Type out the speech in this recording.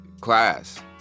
class